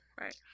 Right